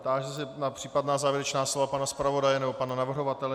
Táži se na případná závěrečná slova pana zpravodaje nebo pana navrhovatele.